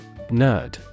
Nerd